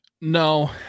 No